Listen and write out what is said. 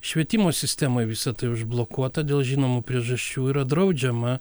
švietimo sistemoj visa tai užblokuota dėl žinomų priežasčių yra draudžiama